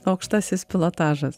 aukštasis pilotažas